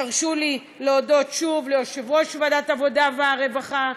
תרשו לי להודות שוב ליושב-ראש ועדת העבודה והרווחה,